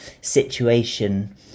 situation